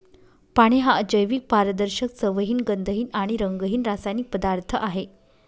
पाणी हा अजैविक, पारदर्शक, चवहीन, गंधहीन आणि रंगहीन रासायनिक पदार्थ आहे